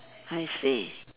I see